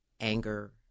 anger